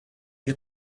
you